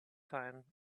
time